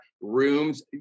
rooms